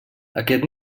aquest